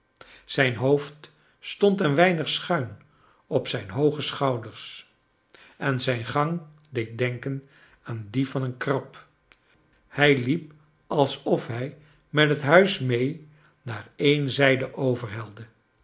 zijn hoofd stond een weinig schuin op zijn hooge schouders en zijn gang deed denken aan dien van een krab hij liep alsof hij met het huis mee naar een zijde